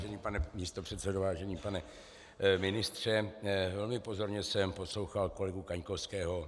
Vážený pane místopředsedo, vážený pane ministře, velmi pozorně jsem poslouchal kolegu Kaňkovského.